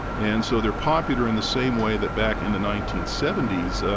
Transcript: and so they're popular in the same way that back in the nineteen seventy s,